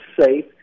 safe